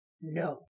No